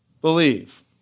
believe